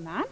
Fru talman!